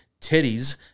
titties